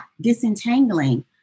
disentangling